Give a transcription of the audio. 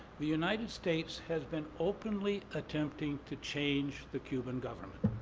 the united states has been openly attempting to change the cuban government.